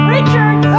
Richard